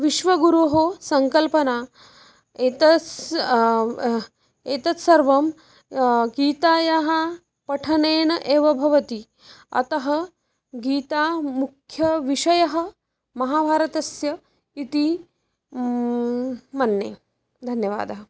विश्वगुरोः सङ्कल्पना एतस्य एतत् सर्वं गीतायाः पठनेन एव भवति अतः गीता मुख्यविषयः महाभारतस्य इति मन्ये धन्यवादः